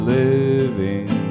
living